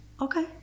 Okay